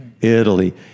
Italy